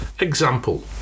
Example